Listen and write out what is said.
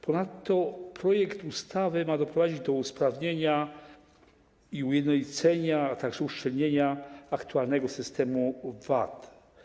Ponadto projekt ustawy ma doprowadzić do usprawnienia i ujednolicenia, a także uszczelnienia aktualnego systemu VAT.